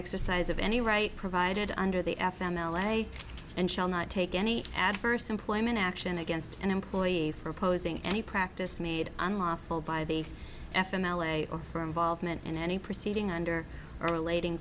exercise of any right provided under the f m l a and shall not take any adverse employment action against an employee for opposing any practice made unlawful by the f m l a or for involvement in any proceeding under are relating